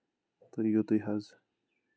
تہٕ یتُے حظ